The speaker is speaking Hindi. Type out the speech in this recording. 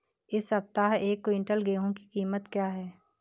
इस सप्ताह एक क्विंटल गेहूँ की कीमत क्या है?